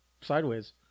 sideways